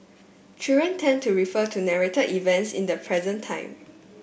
children tend to refer to narrated events in the present time